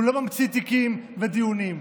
הוא לא ממציא תיקים ודיונים.